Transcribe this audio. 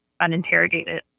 uninterrogated